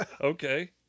Okay